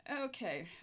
okay